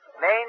Main